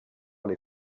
les